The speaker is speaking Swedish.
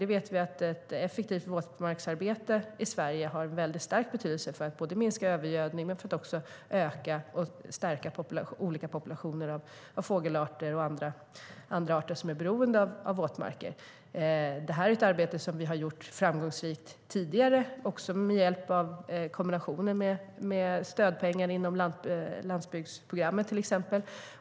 Vi vet att ett effektivt våtmarksarbete i Sverige har en stark betydelse för att både minska övergödning och öka och stärka olika populationer av fågelarter och andra som är beroende av våtmarker. Detta är ett arbete som vi har bedrivit framgångsrikt också tidigare med hjälp av kombinationer av stödpengar inom landsbygdsprogrammet, till exempel.